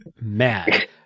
mad